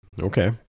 Okay